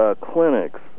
clinics